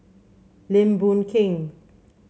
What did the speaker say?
Lim Boon Keng